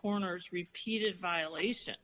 corners repeated violations